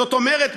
זאת אומרת,